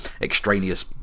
extraneous